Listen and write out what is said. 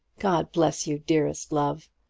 god bless you, dearest love.